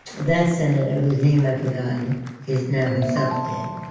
that senator, whose name i've forgotten, is now himself dead